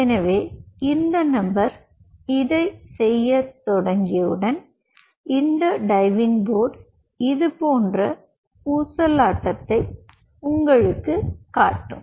எனவே இந்த நபர் இதைச் செய்யத் தொடங்கியவுடன் இந்த டைவிங் போர்டு இது போன்ற ஊசலாட்டத்தை உங்களுக்குத் காட்டும்